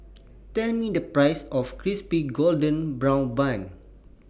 Tell Me The Price of Crispy Golden Brown Bun